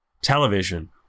television